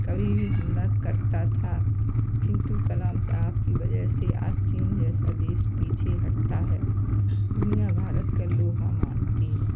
कभी भी हमला करता था किंतु कलाम साहब की वजह से आज चीन जैसा देश आज पीछे हटता है दुनिया भारत का लोहा मानती है